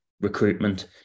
recruitment